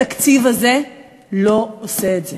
התקציב הזה לא עושה את זה.